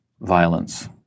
violence